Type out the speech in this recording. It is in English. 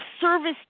service